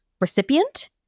recipient